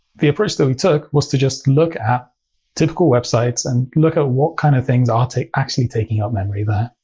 the approach that we took was to just look at typical websites and look at what kind of things are actually taking up memory there.